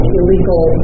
illegal